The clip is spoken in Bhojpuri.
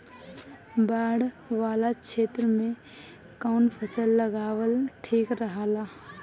बाढ़ वाला क्षेत्र में कउन फसल लगावल ठिक रहेला?